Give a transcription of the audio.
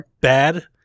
bad